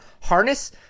harness